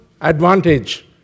advantage